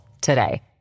today